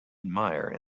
admire